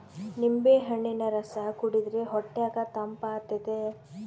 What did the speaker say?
ನಿಂಬೆಹಣ್ಣಿನ ರಸ ಕುಡಿರ್ದೆ ಹೊಟ್ಯಗ ತಂಪಾತತೆ